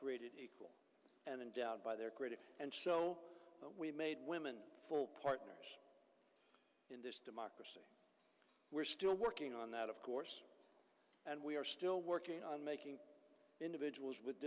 created equal and endowed by their critics and we made women full partners in this democracy we're still working on that of course and we are still working on making individuals with